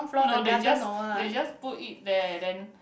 no they just they just put it there then